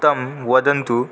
तं वदन्तु